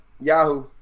Yahoo